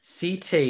CT